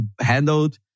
handled